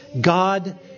God